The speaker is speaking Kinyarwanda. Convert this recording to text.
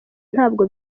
ntabwo